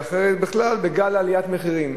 בכלל גל עליית מחירים.